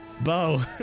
Bo